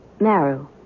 Maru